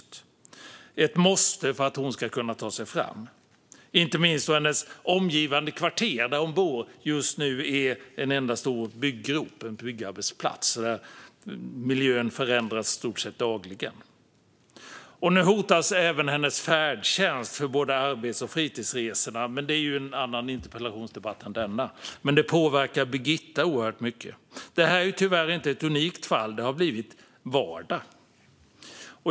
Det är ett måste för att hon ska kunna ta sig fram, inte minst då kvarteret där hon bor just nu är en enda stor byggrop, en byggarbetsplats, där miljön förändras i stort sett dagligen. Nu hotas även hennes färdtjänst för både arbets och fritidsresor. Det är förstås en annan debatt än denna, men det är något som påverkar Birgitta oerhört mycket. Det här är tyvärr inte ett unikt fall. Det har blivit vardag.